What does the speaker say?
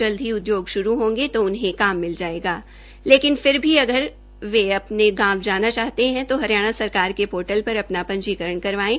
जल्द ही उद्योग शुरू होंगे तो उन्हें काम मिल जायेगा लेकिन फिर भी अगर वे अपने गांव जाना चाहते है तो हरियाणा सरकार के पोर्टूल पर अपना पंजीकरण करवायें